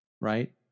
right